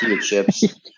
chips